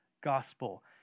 gospel